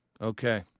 Okay